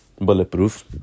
bulletproof